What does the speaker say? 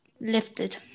lifted